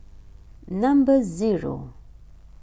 number zero